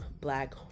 black